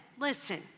listen